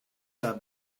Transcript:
that